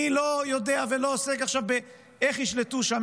אני לא יודע ולא עוסק עכשיו באיך ישלטו שם,